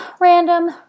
random